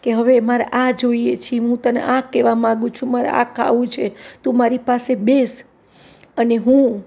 કે હવે મારે આ જોઈએ પછી હું તને આ કહેવા માંગુ છું મારે આ ખાવું છે તું મારી પાસે બેસ અને હું